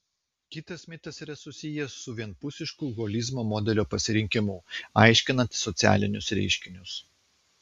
kitas mitas yra susijęs su vienpusišku holizmo modelio pasirinkimu aiškinant socialinius reiškinius